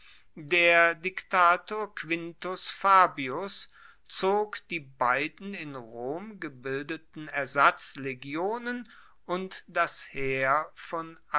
der diktator quintus fabius zog die beiden in rom gebildeten ersatzlegionen und das heer von